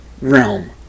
realm